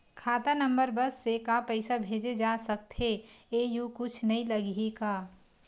खाता नंबर बस से का पईसा भेजे जा सकथे एयू कुछ नई लगही का?